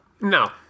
No